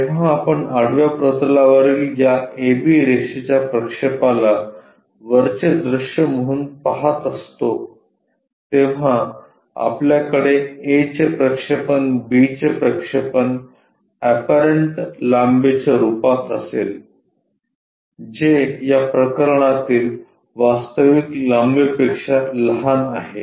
जेव्हा आपण आडव्या प्रतलावरील या AB रेषेच्या प्रक्षेपाला वरचे दृश्य म्हणून पाहत आहोत तेव्हा आपल्याकडे A चे प्रक्षेपण B चे प्रक्षेपण एपरंट लांबीच्या रूपात असेल जे या प्रकरणातील वास्तविक लांबीपेक्षा लहान आहे